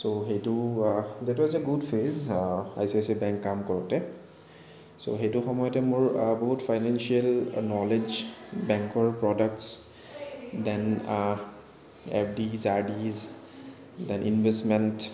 চ' সেইটো that was a good phase I C I C I bank কাম কৰোতে so সেইটো সময়তে মোৰ বহুত ফাইনেঞ্চিয়েল ন'লেজ বেংকৰ products then of these or these then investment